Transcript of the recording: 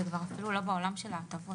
זה אפילו כבר לא בעולם של ההטבות,